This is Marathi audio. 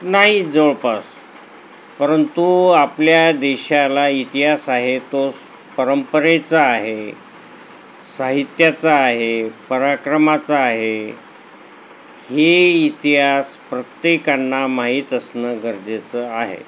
नाही जवळपास परंतु आपल्या देशाला इतिहास आहे तो परंपरेचा आहे साहित्याचा आहे पराक्रमाचा आहे ही इतिहास प्रत्येकांना माहीत असणं गरजेचं आहे